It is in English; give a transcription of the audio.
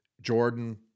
Jordan